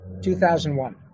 2001